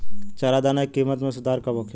चारा दाना के किमत में सुधार कब होखे?